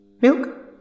Milk